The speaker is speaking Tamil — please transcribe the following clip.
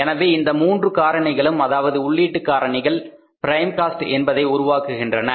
எனவே இந்த மூன்று காரணிகளும் அதாவது உள்ளீட்டு காரணிகள் பிரைம் காஸ்ட் என்பதை உருவாக்குகின்றன